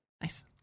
nice